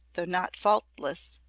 though not faultless,